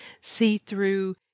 see-through